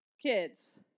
Kids